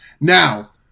Now